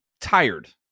tired